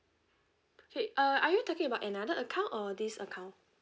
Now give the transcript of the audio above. K uh are you talking about another account or this account